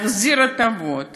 להחזיר את ההטבות